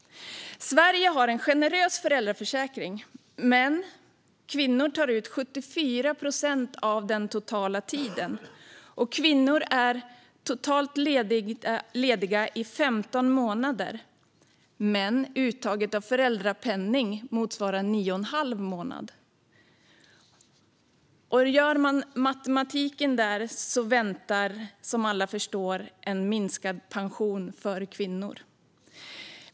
Sverige har en generös föräldraförsäkring. Men kvinnor tar ut 74 procent av den totala tiden. Kvinnor är lediga i totalt femton månader, men uttaget av föräldrapenning motsvarar nio och en halv månad. Om man gör matematiken där väntar, som alla förstår, en minskad pension för kvinnor.